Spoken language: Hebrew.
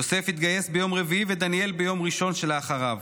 יוסף התגייס ביום רביעי ודניאל ביום ראשון שאחריו.